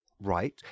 right